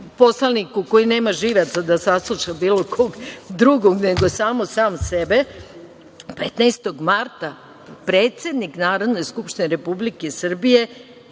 poslaniku, koji nema živaca da sasluša bilo kog drugog nego samo sam sebe, 15. marta predsednik Narodne skupštine Republike Srbije